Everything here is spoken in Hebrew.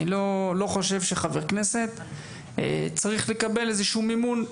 אני לא חושב שחבר כנסת צריך לקבל איזה שהוא מימון.